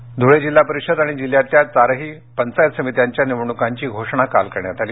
धळे धुळे जिल्हा परिषद आणि जिल्ह्यातल्या चारही पंचायत समित्यांच्या निवडणुकांची घोषणा काल झाली